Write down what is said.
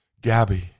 Gabby